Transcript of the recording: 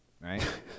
right